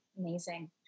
Amazing